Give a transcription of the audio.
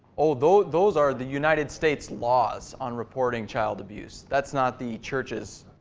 oh, those those are the united states laws on reporting child abuse. that's not the church's